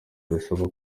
bisaba